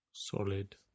Solid